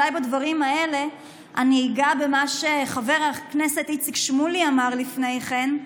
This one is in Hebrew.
אולי בדברים האלה אני אגע במה שחבר הכנסת איציק שמולי אמר לפני כן,